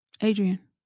Adrian